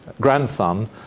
grandson